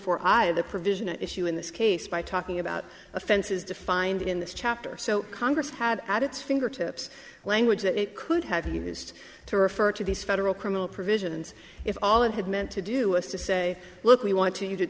four i the provision issue in this case by talking about offenses defined in this chapter so congress had added fingertips language that it could have used to refer to these federal criminal provisions if all it had meant to do is to say look we want you to